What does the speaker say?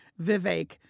Vivek